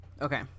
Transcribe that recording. okay